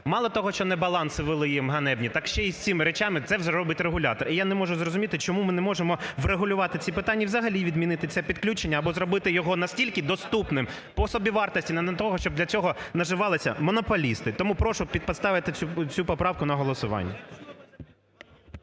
Мало того, що вони небаланси ввели їм ганебні, так ще й з цими речами, це вже робить регулятор. І я не можу зрозуміти, чому ми не можемо врегулювати ці питання і взагалі відмінити це підключення або зробити його наскільки доступним по собівартості, не для того, щоб для цього наживалися монополісти. Тому прошу поставити цю поправку на голосування.